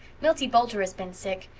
milty boulter has been sick.